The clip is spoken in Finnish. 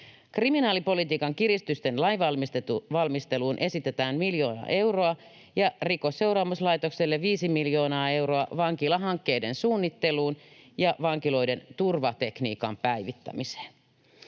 Kriminaalipolitiikan kiristysten lainvalmisteluun esitetään miljoona euroa ja Rikosseuraamuslaitokselle 5 miljoonaa euroa vankilahankkeiden suunnitteluun ja vankiloiden turvatekniikan päivittämiseen.